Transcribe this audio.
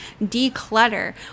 declutter